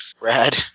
Rad